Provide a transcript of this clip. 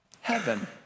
heaven